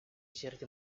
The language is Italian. certi